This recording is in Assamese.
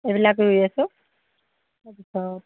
এইবিলাক ৰুই আছোঁ তাৰপিছত